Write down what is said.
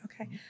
Okay